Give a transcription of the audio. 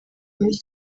muri